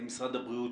משרד הבריאות,